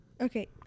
Okay